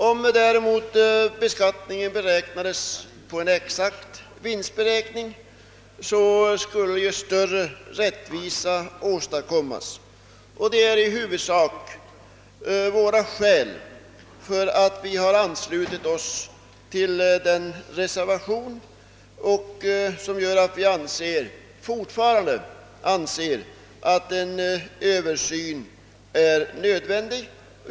Om däremot beskattningen gjordes på en exakt vinstberäkning, skulle större rättvisa åstadkommas. Detta är i huvudsak skälen till att vi anslutit oss till reservationen. Vi anser därför fortfarande att en översyn är nödvändig.